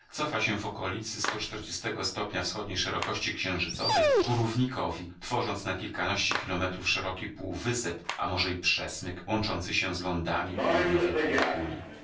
cofa się w okolicy do czterdziestego stopnia wschodniej szerokości księżycowej ku równikowi tworząc na kilkanaście kilometrów szeroki półwysep a może i przesmyk łączący się z lądami południowej półkuli